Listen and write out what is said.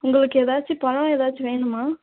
உங்களுக்கு ஏதாச்சும் பழம் ஏதாச்சும் வேணுமா